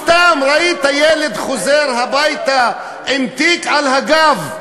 סתם ראית ילד חוזר הביתה עם תיק על הגב,